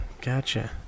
Gotcha